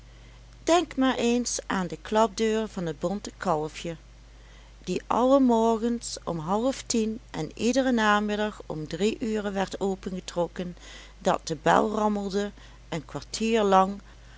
denk maar eens aan de klapdeur van het bonte kalfje die alle morgens om half tien en iederen namiddag om drie uren werd opengetrokken dat de bel rammelde een kwartier lang